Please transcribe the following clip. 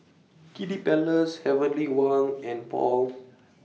Kiddy Palace Heavenly Wang and Paul